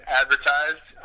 advertised